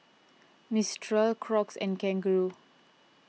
Mistral Crocs and Kangaroo